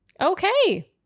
Okay